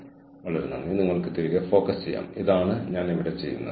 രണ്ട് വിത്യസ്ത ഡ്രമ്മുകൾ അവ സ്ഥാപിക്കാൻ നിങ്ങൾ വ്യത്യസ്ത സ്ഥലങ്ങൾ കണ്ടെത്തും